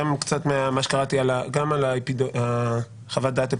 גם קצת ממה שקראתי בחוות הדעת האפידמיולוגית,